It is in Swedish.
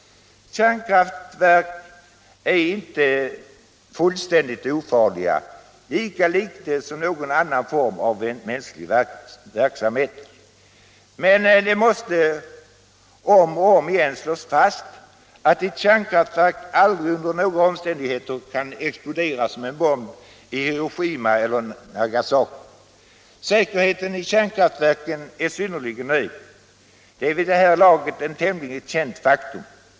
Kärnkraftverk är inte fullständigt ofarliga, lika litet som någon annan form av mänsklig verksamhet. Men det måste om och om igen slås fast att ett kärnkraftverk aldrig under några omständigheter kan explodera som en bomb i Hiroshima eller Nagasaki. Säkerheten i kärnkraftverken är synnerligen hög. Det är vid det här laget ett tämligen känt faktum.